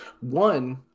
one